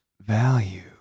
value